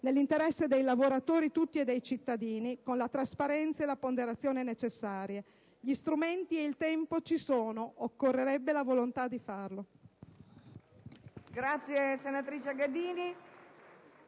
nell'interesse dei lavoratori tutti e dei cittadini, con la trasparenza e la ponderazione necessarie. Gli strumenti e il tempo ci sono; occorrerebbe la volontà di farlo.